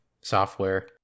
software